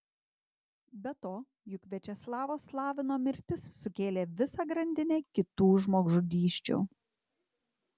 be to juk viačeslavo slavino mirtis sukėlė visą grandinę kitų žmogžudysčių